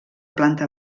planta